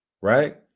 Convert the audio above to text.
Right